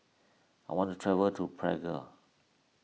I want to travel to Prague